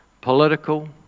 political